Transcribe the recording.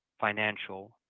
financial